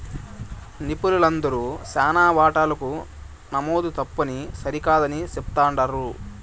నిపుణులందరూ శానా వాటాలకు నమోదు తప్పుని సరికాదని చెప్తుండారు